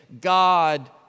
God